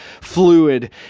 fluid